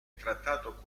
trattato